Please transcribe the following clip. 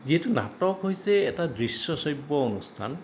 যিহেতু নাটক হৈছে এটা দৃশ্য শ্ৰব্য অনুষ্ঠান